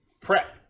Prep